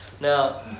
now